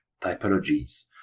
typologies